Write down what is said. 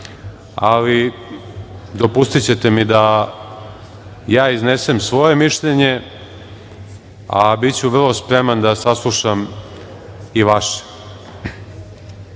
ali dopustićete mi da iznesem svoje mišljenje, a biću vrlo spreman da saslušam i vaše. Želim